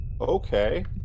Okay